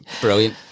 Brilliant